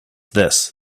this